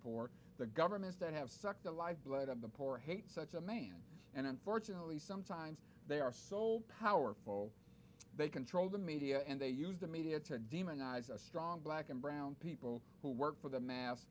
poor the governments that have sucked the life blood of the poor hate such a man and unfortunately sometimes they are sole power for they control the media and they use the media to demonize a strong black and brown people who work for the ma